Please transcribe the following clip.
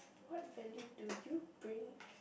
what value do you bring